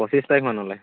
পঁচিছ তাৰিখমানলৈ